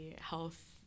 health